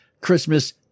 Christmas